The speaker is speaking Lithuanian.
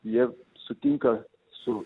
jie sutinka su